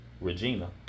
Regina